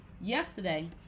yesterday